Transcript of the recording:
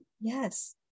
Yes